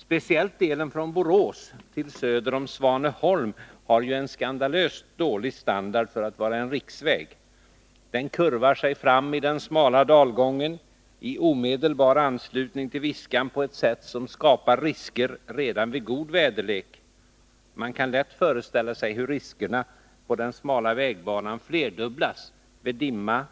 Speciellt delen från Borås till söder om Svaneholm har en skandalöst dålig standard för att vara en riksväg. Den kurvar sig fram i den smala dalgången i omedelbar anslutning till Viskan på ett sätt som skapar risker redan vid god väderlek. Man kan lätt föreställa sig hur riskerna på den smala vägbanan flerdubblas vid dimma,